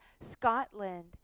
Scotland